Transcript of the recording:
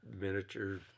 miniature